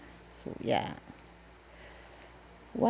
so ya what